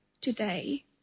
today